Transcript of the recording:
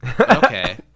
Okay